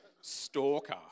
Stalker